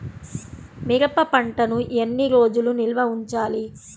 మిరప పంటను ఎన్ని రోజులు నిల్వ ఉంచాలి?